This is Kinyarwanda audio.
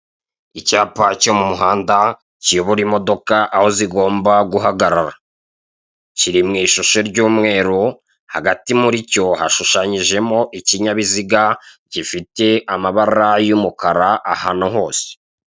Icyapa cyo mu muhanda kiyobora imodoka aho zigomba guhagarara kiri mu ishusho ry'umweru, hagati muri cyo, hashushanyijemo ikinyabiziga gifite amabara y'umukara ahantu hose.